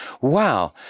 wow